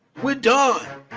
we're done.